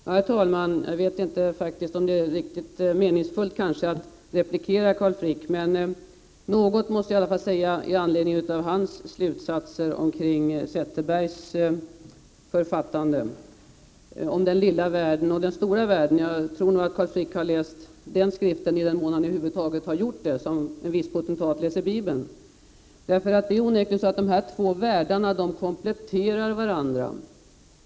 Herr talman! Jag vet inte om det är meningsfullt att replikera Carl Frick, men något måste jag säga i anledning av hans slutsatser av Zetterbergs författande om den lilla världen och den stora världen. Jag tror att Carl Frick har läst den — i den mån han över huvud taget har gjort det — som en viss potentat läser Bibeln. Det är onekligen så att de två världarna kompletterar varandra.